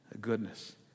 goodness